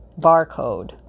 barcode